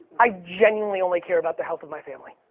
i genuinely only care about the health of my family.